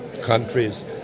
countries